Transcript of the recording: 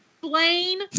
blaine